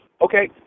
okay